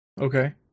Okay